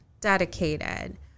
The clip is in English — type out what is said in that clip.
dedicated